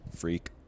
freak